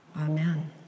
Amen